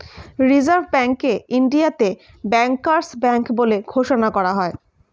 reserve ব্যাঙ্ককে ইন্ডিয়াতে bankers bank বলে ঘোষণা করা হয়